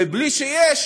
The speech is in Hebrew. ובלי שיש